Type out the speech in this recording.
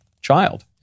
child